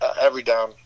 every-down